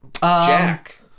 Jack